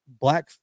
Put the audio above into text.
Black